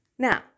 Now